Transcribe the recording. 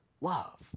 Love